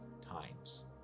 times